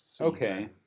Okay